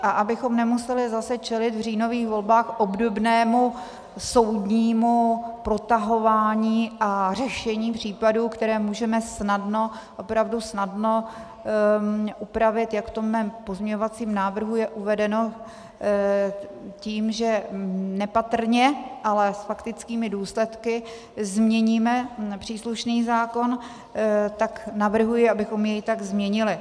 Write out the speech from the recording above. A abychom zase nemuseli čelit v říjnových volbách obdobnému soudnímu protahování a řešení případů, které můžeme snadno, opravdu snadno upravit, jak to v mém pozměňovacím návrhu je uvedeno, tím, že nepatrně, ale faktickými důsledky změníme příslušný zákon, tak navrhuji, abychom jej tak změnili.